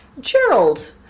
Gerald